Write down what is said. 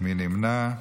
מי נמנע?